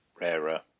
rarer